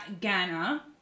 Ghana